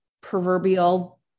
proverbial